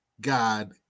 God